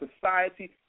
society